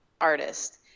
artist